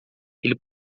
ele